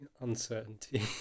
uncertainty